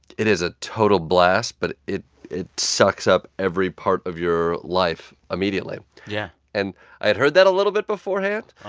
it is a total blast, but it it sucks up every part of your life immediately yeah and i had heard that a little bit beforehand.